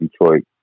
Detroit